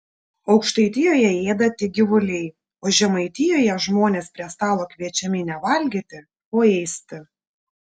aukštaitijoje ėda tik gyvuliai o žemaitijoje žmonės prie stalo kviečiami ne valgyti o ėsti